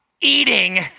eating